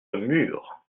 mur